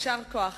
יישר כוח.